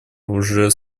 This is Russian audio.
уже